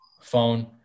phone